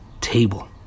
table